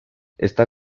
está